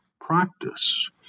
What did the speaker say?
practice